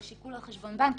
יש עיקול על חשבון בנק,